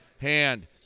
Hand